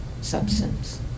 substance